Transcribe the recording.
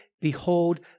Behold